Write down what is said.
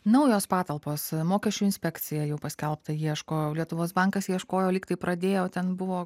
naujos patalpos mokesčių inspekcija jau paskelbta ieško lietuvos bankas ieškojo lyg tai pradėjo ten buvo